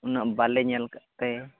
ᱩᱱᱟᱹᱜ ᱵᱟᱞᱮ ᱧᱮᱞ ᱟᱠᱟᱫᱛᱮ